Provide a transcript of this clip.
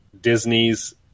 Disney's